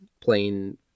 plain